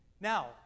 Now